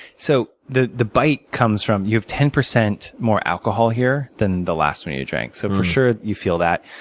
so the the bite comes from you have ten percent more alcohol here than the last one you you drank. so for sure, you feel that.